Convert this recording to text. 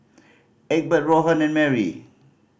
Egbert Rohan and Marry